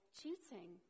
cheating